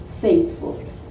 thankful